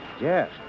Yes